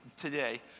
today